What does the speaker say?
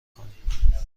کنیم